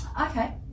Okay